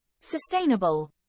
Sustainable